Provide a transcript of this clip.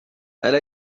elle